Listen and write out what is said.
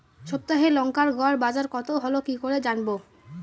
সপ্তাহে লংকার গড় বাজার কতো হলো কীকরে জানবো?